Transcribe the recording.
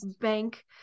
bank